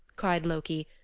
cried loki.